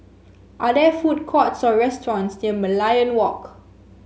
are there food courts or restaurants near Merlion Walk